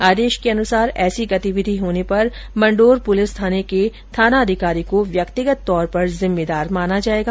आदेश के अनुसार ऐसी गतिविधि होने पर मंडोर पुलिस थाने के थानाधिकारी को व्यक्तिगत तौर पर जिम्मेदार माना जाएगा